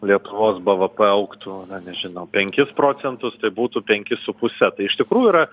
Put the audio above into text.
lietuvos bvp augtų na nežinau penkis procentus tai būtų penki su puse tai iš tikrųjų yra